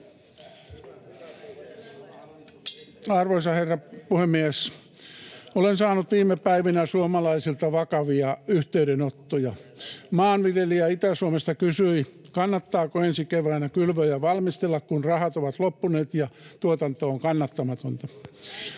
Arvoisa herra puhemies! Olen saanut viime päivinä suomalaisilta vakavia yhteydenottoja. Maanviljelijä Itä-Suomesta kysyi, kannattaako ensi kevään kylvöjä valmistella, kun rahat ovat loppuneet ja tuotanto on kannattamatonta.